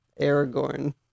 Aragorn